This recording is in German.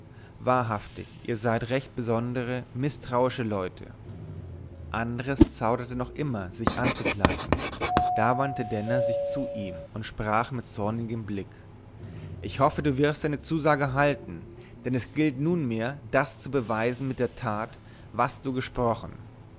wahrhaftig ihr seid recht besondere mißtrauische leute andres zauderte noch immer sich anzukleiden da wandte denner sich zu ihm und sprach mit zornigem blick ich hoffe du wirst deine zusage halten denn es gilt nunmehr das zu beweisen mit der tat was du gesprochen